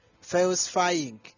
falsifying